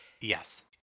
Yes